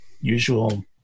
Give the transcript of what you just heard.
Usual